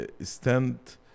stand